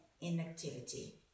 inactivity